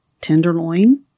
tenderloin